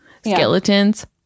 skeletons